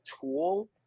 tool